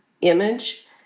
image